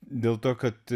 dėl to kad